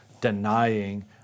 denying